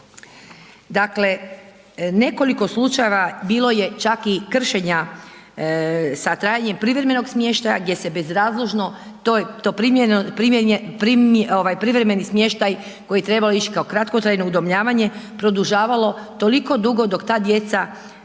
Dakle, nekoliko slučajeva bilo čak i kršenja sa trajanjem privremenog smještaja gdje se bezrazložno taj privremeni smještaj koji je trebao ići kao kratkotrajno udomljavanje, produžavalo toliko dugo dok ta djeca